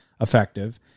effective